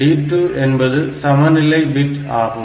D2 என்பது சமநிலை bit ஆகும்